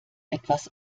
etwas